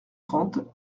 trente